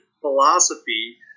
philosophy